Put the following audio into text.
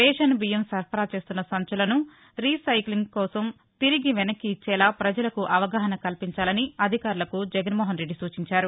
ration బియ్యం సరఫరా చేస్తున్న సంచులను రీస్రెక్షింగ్ కోసం తిరిగి వెనక్కి ఇచ్చేలా ప్రజలకు అవగాహన కలిగించాలని అధికారులకు జగన్మోహన్రెడ్డి సూచించారు